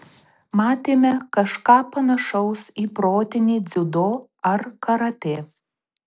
matėme kažką panašaus į protinį dziudo ar karatė